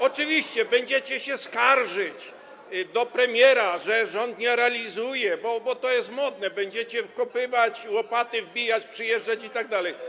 Oczywiście, będziecie się skarżyć premierowi, że rząd nie realizuje, bo to jest modne, będziecie wkopywać, łopaty wbijać, przyjeżdżać itd.